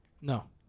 No